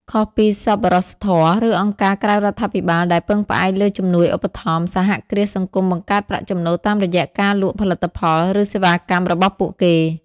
ខុសពីសប្បុរសធម៌ ឬអង្គការក្រៅរដ្ឋាភិបាលដែលពឹងផ្អែកលើជំនួយឧបត្ថម្ភ សហគ្រាសសង្គមបង្កើតប្រាក់ចំណូលតាមរយៈការលក់ផលិតផល ឬសេវាកម្មរបស់ពួកគេ ។